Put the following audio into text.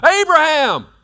Abraham